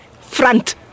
front